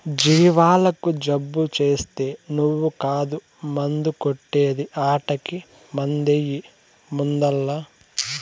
జీవాలకు జబ్బు చేస్తే నువ్వు కాదు మందు కొట్టే ది ఆటకి మందెయ్యి ముందల్ల